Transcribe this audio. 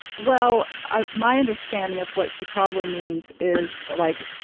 well, ah my understanding of what she probably means is, like,